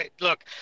Look